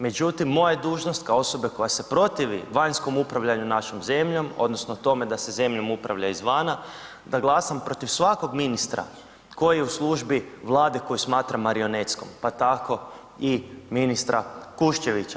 Međutim, moja je dužnost kao osobe koja se protivi vanjskom upravljanju našom zemljom odnosno tome da se zemljom upravlja izvana, da glasam protiv svakog ministra koji je u službi Vlade koju smatram marionetskom, pa tako i ministra Kuščevića.